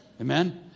Amen